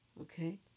okay